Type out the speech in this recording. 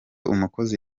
umukozi